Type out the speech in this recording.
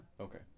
Okay